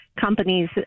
companies